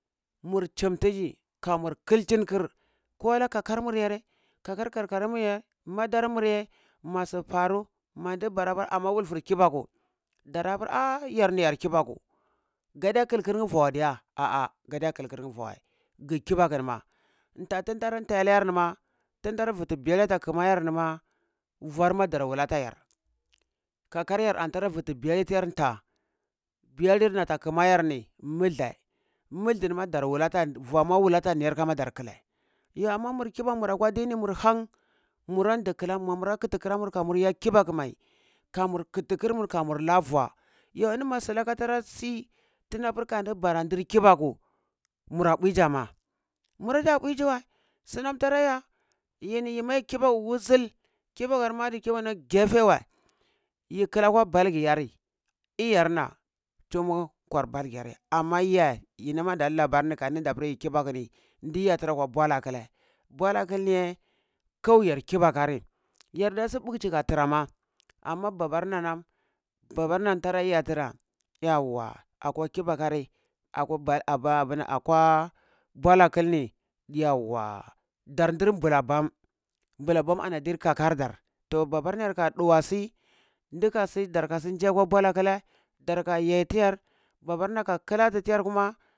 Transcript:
Mur chim tiji, kamur kikhin kir kola kakarmur yare kakar karkara muye, madarmurye, masu faru man di bara ba ama wulfur kiɓaku dara pur, ah yarni yar kiɓaku gada kilkir nyə vua diya, ah ah gadiya kilkirni vuə ge kibakunima tha tin tara thai layar nima tin tari vutu belli ata kumayar nima, vuər ma dar wala ta yar kakaryar antara vutu biyalli taya tha biyalli nir na ata kima yarni mudhai, mudhil ma dar wula ta vuə ma wula tan niyar ma dar klai yoh amma mut kibaku mura kwa dini mur han murandi mumura kiti kiramur kamur ya kiɓaku mai kamur kiti kir mur ka mur la vuə, yoh ini ma silaka tara si, tina pur kandi bara ndir kibaku mura bai jamaa. Mura da buiji wəi sunam tara ya yini ma yi kibaku wuzul kibakarma adi kibaka na gefe wəi yi kil la kwa balgi ya ri iyarna chumu kwar balgiyar amma yah yin nama dan labar ni kandida pur yi kibakuni di ya tira kwa lai bolakil. Bolakil niye kauyer kibakari, yarda si bukchi ka tira ma, amma babarna nam, babarna tira ya tira yauwa akwa kibakari akwa bolakil ni yauwa dar ndir nabula bam, mbulabam ani ndir kakar dar, to bana ye ka duwa si ndika si ji ya kwa bolakile darka yeh tiyar babarna ka kilati tiyar kuma.